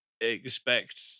expect